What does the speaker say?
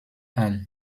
all